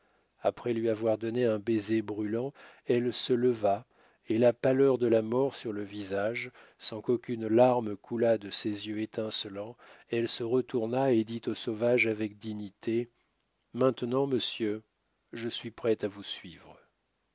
après lui avoir donné un baiser brûlant elle se leva et la pâleur de la mort sur le visage sans qu'aucune larme coulât de ses yeux étincelants elle se retourna et dit au sauvage avec dignité maintenant monsieur je suis prête à vous suivre